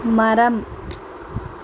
மரம்